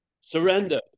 Surrender